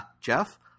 Jeff